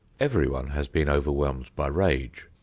everyone has been overwhelmed by rage,